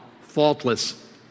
faultless